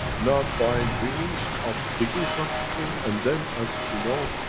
not by dreams of digging something and then, as we know,